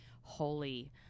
holy